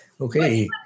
Okay